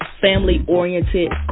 family-oriented